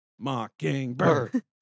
Mockingbird